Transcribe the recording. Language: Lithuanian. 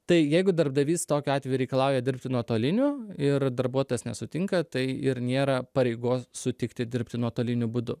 tai jeigu darbdavys tokiu atveju reikalauja dirbti nuotoliniu ir darbuotojas nesutinka tai ir nėra pareigos sutikti dirbti nuotoliniu būdu